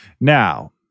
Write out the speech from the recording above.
Now